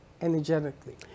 energetically